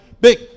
Big